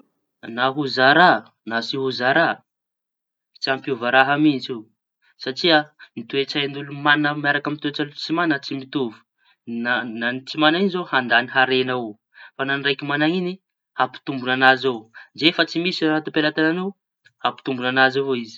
Na ho zara na tsy ho zara da tsy ampiova raha mihitsy io satria ny toe-tsay olo maña miaraky toe tsay olo tsy maña tsy mitovy. Na na ny tsy mañana io zao handañy hareña avao. Fa ny raiky manana iñy hampitombo ny añazy avao ndre efa tsy misy ty am-pelatañanao hampitombo ny añazy avao izy.